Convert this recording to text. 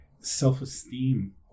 self-esteem